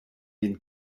den